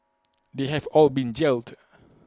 they have all been jailed